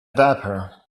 vapor